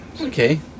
okay